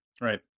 Right